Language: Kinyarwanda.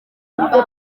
banki